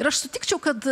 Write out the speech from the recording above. ir aš sutikčiau kad